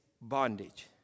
bondage